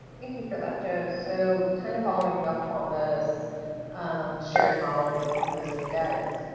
thank you for that, joe. so kind of following up on this um shared model with imposing debts,